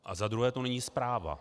A za druhé to není zpráva.